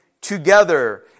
together